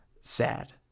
sad